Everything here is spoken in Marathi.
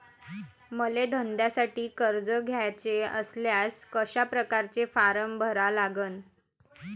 मले धंद्यासाठी कर्ज घ्याचे असल्यास कशा परकारे फारम भरा लागन?